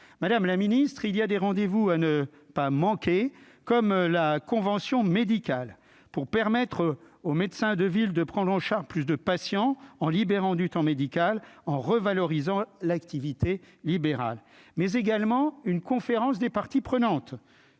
madame la ministre, il y a des rendez vous à ne pas manquer, comme la convention médicale pour permettre aux médecins de ville, de prendre en charge plus de patients en libérant du temps médical en revalorisant l'activité libérale, mais également une conférence des parties prenantes,